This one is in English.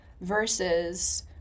versus